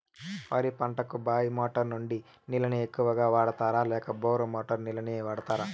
వరి పంటకు బాయి మోటారు నుండి నీళ్ళని ఎక్కువగా వాడుతారా లేక బోరు మోటారు నీళ్ళని వాడుతారా?